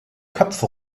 köpfe